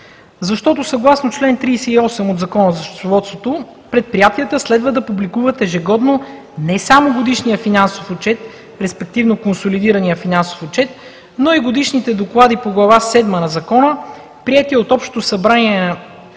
защото съгласно чл. 38 от Закона за счетоводството предприятията следва да публикуват ежегодно не само годишния финансов отчет – респективно консолидирания финансов отчет, но и годишните доклади по Глава седма на Закона, приети от Общото събрание на